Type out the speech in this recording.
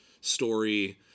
story